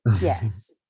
Yes